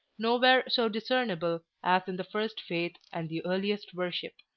nowhere so discernible as in the first faith and the earliest worship.